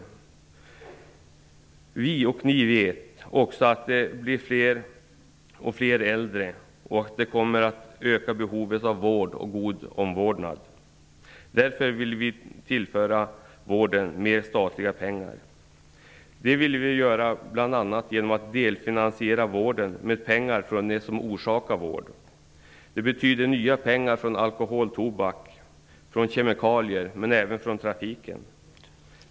Både vi och ni vet att det blir fler och fler äldre i samhället, något som kommer att öka behovet av vård och god omvårdnad. Därför vill vi tillföra vården mer statliga pengar. Det vill vi göra bl.a. genom att delfinansiera vården med pengar från det som orsakar vård. Det betyder "nya" pengar från områden som rör alkohol, tobak, kemikalier - även trafiken.